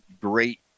great